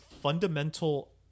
fundamental